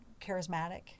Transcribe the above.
charismatic